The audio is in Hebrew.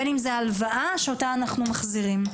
בין אם זה הלוואה שאותה אנחנו מחזירים.